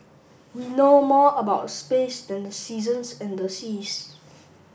we know more about space than the seasons and the seas